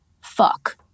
Fuck